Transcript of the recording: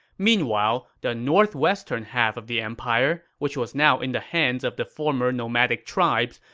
meanwhile, the northwestern half of the empire, which was now in the hands of the former nomadic tribes,